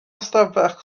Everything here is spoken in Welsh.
ystafell